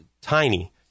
tiny